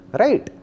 right